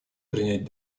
принять